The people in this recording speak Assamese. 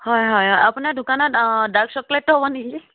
হয় হয় হয় আপোনাৰ দোকানত ডাৰ্ক চকলেটটো হ'ব নেকি